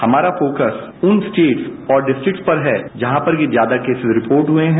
हमारा फोकस उन स्टेट्स और डिस्ट्रिक्ट्स पर है जहां पर कि ज्यादा केसेज रिकॉर्ड हुए हैं